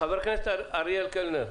חבר הכנסת אריאל קלנר,